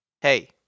Hey